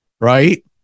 right